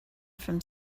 from